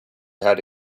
had